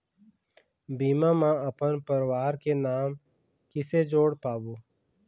बीमा म अपन परवार के नाम किसे जोड़ पाबो?